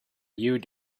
you